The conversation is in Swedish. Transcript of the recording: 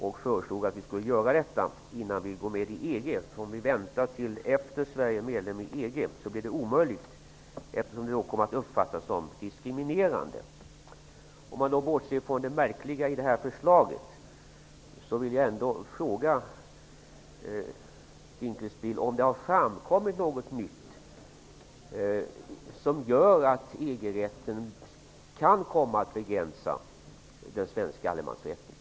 Om vi väntar till efter det att Sverige har blivit medlem i EG, blir detta omöjligt, eftersom en begränsning av allemansrätten då kommer att uppfattas som diskriminerande. Om man bortser från det märkliga i detta förslag, vill jag ändå fråga statsrådet Dinkelspiel om det har framkommit något nytt som gör att EG-rätten kan komma att begränsa den svenska allemansrätten.